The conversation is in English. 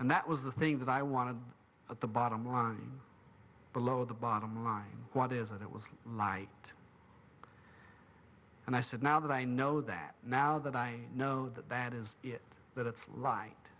and that was the thing that i wanted at the bottom line below the bottom line waters and it was light and i said now that i know that now that i know that that is it that it's light